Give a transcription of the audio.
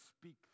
speak